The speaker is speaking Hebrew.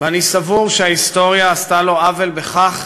ואני סבור שההיסטוריה עשתה לו עוול בכך